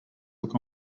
look